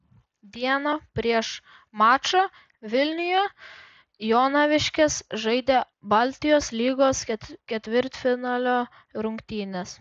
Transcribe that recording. dieną prieš mačą vilniuje jonaviškės žaidė baltijos lygos ketvirtfinalio rungtynes